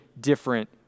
different